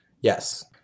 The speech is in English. Yes